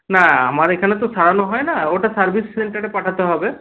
না আমার এখানে তো সারানো হয় না ওটা সার্ভিস সেন্টারে পাঠাতে হবে